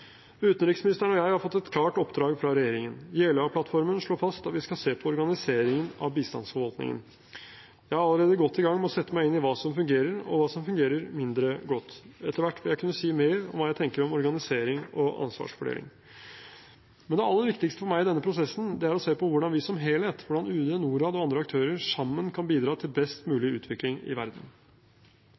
Utenriksministeren og jeg har fått et klart oppdrag fra regjeringen. Jeløya-plattformen slår fast at vi skal se på organiseringen av bistandsforvaltningen. Jeg er allerede godt i gang med å sette meg inn hva som fungerer, og hva som fungerer mindre godt. Etter hvert vil jeg kunne si mer om hva jeg tenker om organisering og ansvarsfordeling. Men det aller viktigste for meg i denne prosessen er å se på hvordan vi som helhet – UD, Norad og andre aktører – sammen kan bidra til best mulig utvikling i verden.